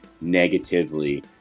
negatively